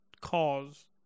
Cause